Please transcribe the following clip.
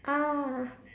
ah